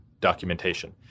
documentation